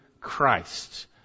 Christ